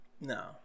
No